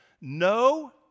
No